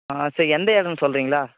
சரி எந்த எடம்னு சொல்கிறீங்களா